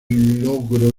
logro